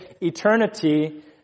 eternity